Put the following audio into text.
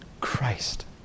Christ